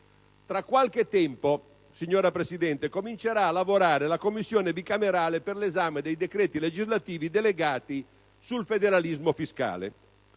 Tra qualche tempo, signora Presidente, comincerà a lavorare la Commissione bicamerale per l'esame dei decreti legislativi delegati sul federalismo fiscale.